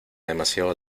demasiado